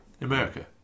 America